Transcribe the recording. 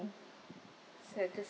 saddest